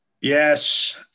Yes